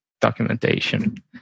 documentation